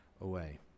away